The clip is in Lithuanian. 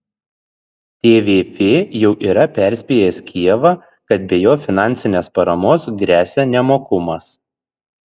tvf jau yra perspėjęs kijevą kad be jo finansinės paramos gresia nemokumas